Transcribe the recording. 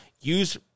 Use